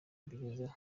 mbigezeho